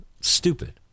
Stupid